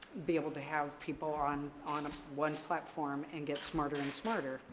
be able to have people on on ah one platform, and get smarter and smarter.